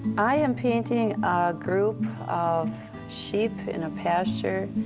i am painting group of sheep in a pasture.